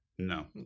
No